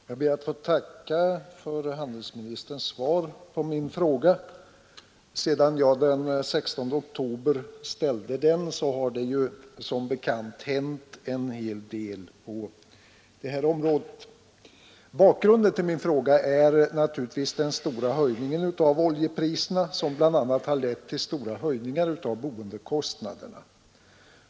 Herr talman! Jag ber att få tacka för handelsministerns svar på min enkla fråga. Sedan jag den 16 oktober ställde den har det som bekant hänt en hel del på det här området. Bakgrunden till min fråga är naturligtvis den stora höjningen av oljepriserna, som bl.a. har lett till stora ökningar av boendekostnaderna.